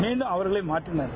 மீண்டும் அவர்களே மாற்றினார்கள்